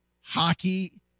hockey